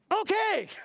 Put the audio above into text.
Okay